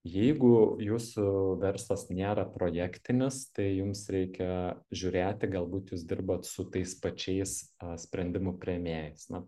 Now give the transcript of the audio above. jeigu jūsų verslas nėra projektinis tai jums reikia žiūrėti galbūt jūs dirbat su tais pačiais sprendimų priėmėjais na